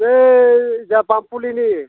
बै जोंहा पामपुलिनि